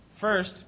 First